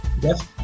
Yes